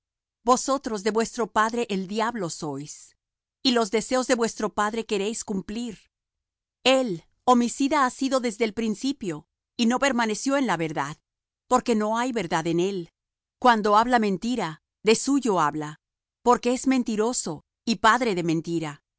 vosotros de vuestro padre el diablo sois y los deseos de vuestro padre queréis cumplir él homicida ha sido desde el principio y no permaneció en la verdad porque no hay verdad en él cuando habla mentira de suyo habla porque es mentiroso y padre de mentira